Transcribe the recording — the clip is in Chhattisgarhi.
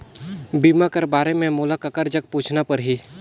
बीमा कर बारे मे मोला ककर जग पूछना परही?